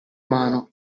mano